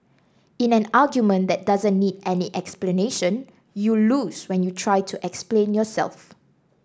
in an argument that doesn't need any explanation you lose when you try to explain yourself